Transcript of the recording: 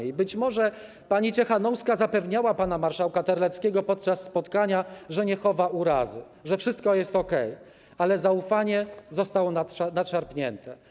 I być może pani Cichanouska zapewniała pana marszałka Terleckiego podczas spotkania, że nie chowa urazy, że wszystko jest okej, ale zaufanie zostało nadszarpnięte.